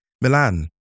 Milan